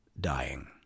dying